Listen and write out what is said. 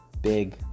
big